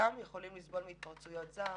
חלקם יכולים לסבול מהתפרצויות זעם,